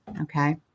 Okay